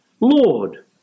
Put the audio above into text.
Lord